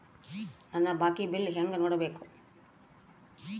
ನನ್ನ ಬಾಕಿ ಬಿಲ್ ಹೆಂಗ ನೋಡ್ಬೇಕು?